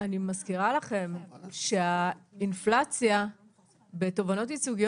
מזכירה לכם שהאינפלציה בתובענות ייצוגיות